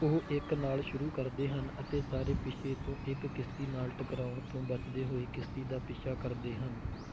ਉਹ ਇੱਕ ਨਾਲ ਸ਼ੁਰੂ ਕਰਦੇ ਹਨ ਅਤੇ ਸਾਰੇ ਪਿੱਛੇ ਤੋਂ ਇੱਕ ਕਿਸ਼ਤੀ ਨਾਲ ਟਕਰਾਉਣ ਤੋਂ ਬਚਦੇ ਹੋਏ ਕਿਸ਼ਤੀ ਦਾ ਪਿੱਛਾ ਕਰਦੇ ਹਨ